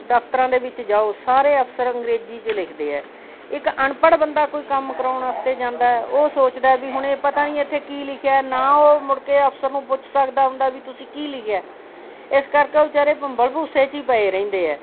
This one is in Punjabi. ਦਫ਼ਤਰਾਂ ਦੇ ਵਿੱਚ ਜਾਓ ਸਾਰੇ ਅਫਸਰ ਅੰਗਰੇਜ਼ੀ 'ਚ ਲਿਖਦੇ ਹੈ ਇੱਕ ਅਨਪੜ੍ਹ ਬੰਦਾ ਕੋਈ ਕੰਮ ਕਰਵਾਉਣ ਵਾਸਤੇ ਜਾਂਦਾ ਉਹ ਸੋਚਦਾ ਵੀ ਹੁਣੇ ਪਤਾ ਨੀ ਇੱਥੇ ਕੀ ਲਿਖਿਆ ਨਾ ਉਹ ਮੁੜ ਕੇ ਅਫਸਰ ਨੂੰ ਪੁੱਛ ਸਕਦਾ ਹੁੰਦਾ ਵੀ ਤੁਸੀਂ ਕੀ ਲਿਖਿਆ ਇਸ ਕਰਕੇ ਉਹ ਵਿਚਾਰੇ ਭੰਬਲ ਭੁੱਸੇ 'ਚ ਹੀ ਪਏ ਰਹਿੰਦੇ ਹੈ